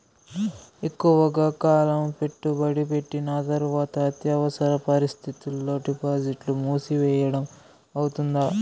ఎక్కువగా కాలం పెట్టుబడి పెట్టిన తర్వాత అత్యవసర పరిస్థితుల్లో డిపాజిట్లు మూసివేయడం అవుతుందా?